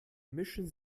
mischen